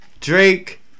Drake